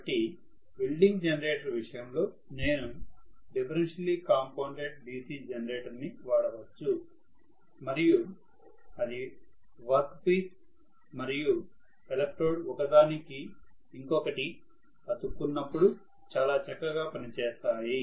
కాబట్టి welding generator విషయంలో నేను డిఫరెన్షియల్లీ కాంపౌండెడ్DC జనరేటర్ ని వాడవచ్చు మరియు అది వర్క్ పీస్ పని భాగం మరియు ఎలక్ట్రోడ్ ఒక దానికి ఇంకొకటి అతుక్కున్నప్పుడు చాలా చక్కగా పని చేస్తాయి